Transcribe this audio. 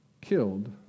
killed